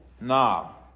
now